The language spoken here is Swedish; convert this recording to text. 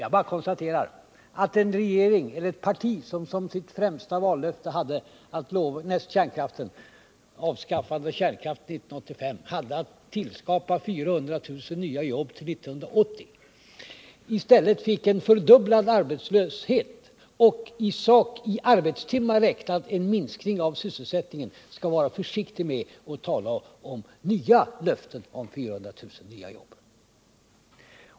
Jag bara konstaterar att det parti, som såsom sitt främsta vallöfte näst avskaffandet av kärnkraften 1985 hade tillskapandet av 400 000 nya jobb till 1980 och som i stället fick en fördubblad arbetslöshet och, i arbetstimmar räknat, en minskning av sysselsättningen, skall vara försiktigt och inte avge ytterligare löften om 400 000 nya jobb.